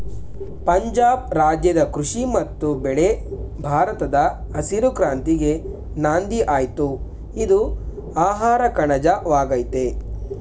ಪಂಜಾಬ್ ರಾಜ್ಯದ ಕೃಷಿ ಮತ್ತು ಬೆಳೆ ಭಾರತದ ಹಸಿರು ಕ್ರಾಂತಿಗೆ ನಾಂದಿಯಾಯ್ತು ಇದು ಆಹಾರಕಣಜ ವಾಗಯ್ತೆ